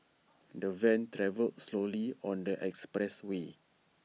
the van travelled slowly on the expressway